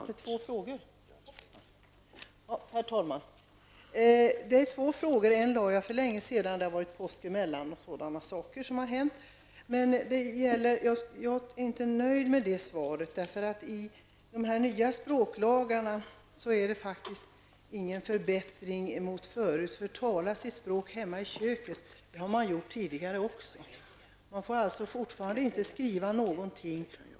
Herr talman! Jag har ställt två frågor. En ställde jag för länge sedan. Men påsk har kommit emellan osv. Jag är inte nöjd med det svar jag har fått. I de nya språklagarna finns det inte någon förbättring jämfört med tidigare. Man har talat sitt eget språk hemma i köket tidigare också. Man får alltså fortfarande inte skriva språket.